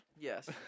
Yes